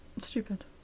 Stupid